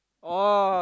oh